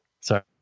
Sorry